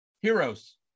Heroes